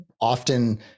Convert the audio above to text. often